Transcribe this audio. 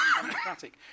democratic